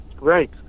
Right